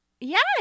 yes